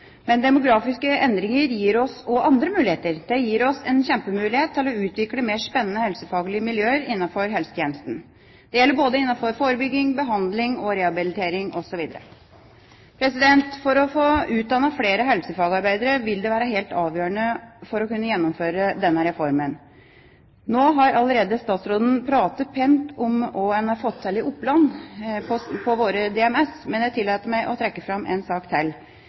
Men demografiske endringer gir oss også andre muligheter. Det gir oss en kjempemulighet til å utvikle mer spennende helsefaglige miljøer innenfor helsetjenesten – det gjelder både innenfor forebygging, behandling og rehabilitering osv. Å få utdannet flere helsefagarbeidere vil være helt avgjørende for å kunne gjennomføre denne reformen. Nå har statsråden allerede snakket pent om hva en har fått til i Oppland på DMS – distriktsmedisinsk senter – men jeg tillater meg å trekke fram en sak til.